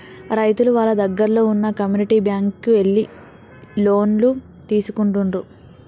రైతులు వాళ్ళ దగ్గరల్లో వున్న కమ్యూనిటీ బ్యాంక్ కు ఎళ్లి లోన్లు తీసుకుంటుండ్రు